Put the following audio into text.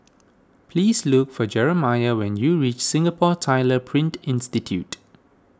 please look for Jerimiah when you reach Singapore Tyler Print Institute